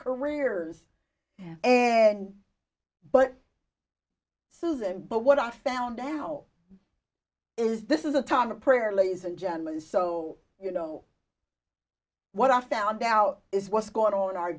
careers and but susan but what i found out is this is a time of prayer ladies and gentlemen so you know what i found out is what's going on